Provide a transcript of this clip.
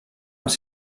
els